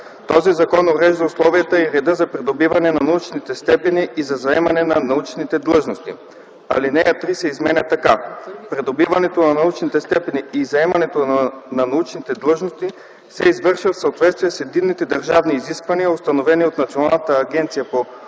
Този закон урежда условията и реда за придобиване на научните степени и за заемане на научните длъжности.” 2. Алинея 3 се изменя така: „(3) Придобиването на научните степени и заемането на научните длъжности се извършва в съответствие с единни държавни изисквания, установени от Националната агенция за